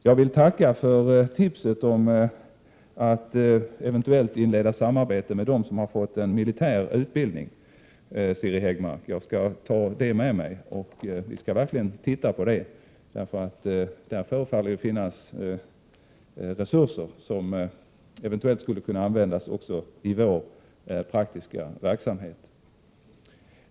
Jag vill tacka Siri Häggmark för tipset om att eventuellt inleda ett samarbete med dem som har fått en militär utbildning. Jag skall ta det med mig, och vi skall verkligen se på det. Det förefaller att finnas resurser där som eventuellt skulle kunna användas också i vår praktiska verksamhet.